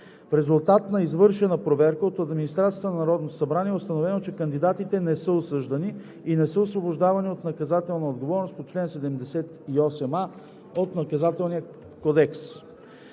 В резултат на извършена проверка от администрацията на Народното събрание е установено, че кандидатите не са осъждани и не са освобождавани от наказателна отговорност по чл. 78а от Наказателния кодекс.